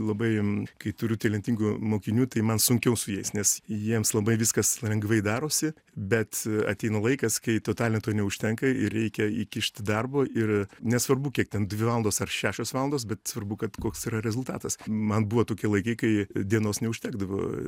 labai kai turiu talentingų mokinių tai man sunkiau su jais nes jiems labai viskas lengvai darosi bet ateina laikas kai to talento neužtenka ir reikia įkišt darbo ir nesvarbu kiek ten dvi valandos ar šešios valandos bet svarbu kad koks yra rezultatas man buvo tokie laikai kai dienos neužtekdavo